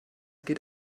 geht